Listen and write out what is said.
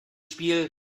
spiel